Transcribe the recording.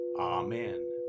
Amen